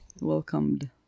Welcomed